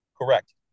Correct